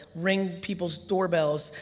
ring people's doorbells,